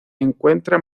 encuentra